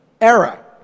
era